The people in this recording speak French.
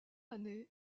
année